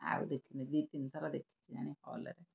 ଆଉ ଦେଖିନି ଦୁଇ ତିନିଥର ଦେଖିଛି ଜାଣି ହଲ୍ ରେ